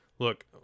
Look